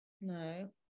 No